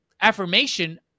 Affirmation